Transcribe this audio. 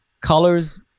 colors